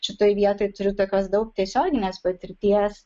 šitoj vietoj turiu tokios daug tiesioginės patirties